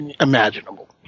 imaginable